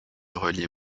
relier